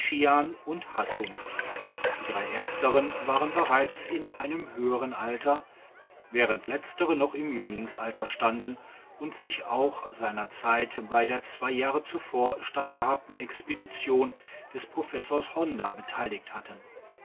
und hussung die drei ersteren waren bereits in einem höheren alter während letzere noch im jünglingsalter standen und sich auch seiner zeit bei der zwei jahre zuvor stattgehabten expedition des professors honda beteiligt hatten